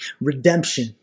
Redemption